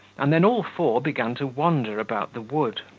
and then all four began to wander about the wood.